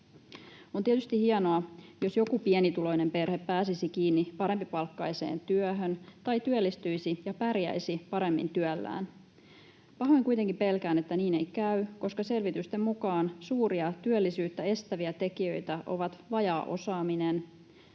On tietysti hienoa, jos joku pienituloinen perhe pääsisi kiinni parempipalkkaiseen työhön tai työllistyisi ja pärjäisi paremmin työllään. Pahoin kuitenkin pelkään, että niin ei käy, koska selvitysten mukaan suuria, työllisyyttä estäviä tekijöitä ovat vajaa osaaminen,